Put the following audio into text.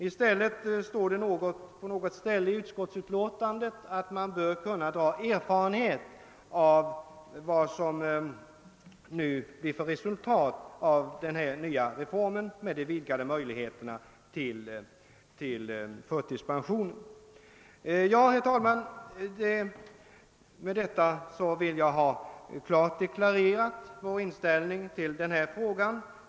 I stället står det någonstans i utskottsutlåtandet, att man bör kunna dra erfarenhet av resultatet av den reform som innebär vidgade möjligheter till förtidspension. Det kan ta lång tid. Herr talman! Med detta anförande vill jag ha klart deklarerat vår inställning.